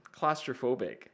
claustrophobic